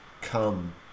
come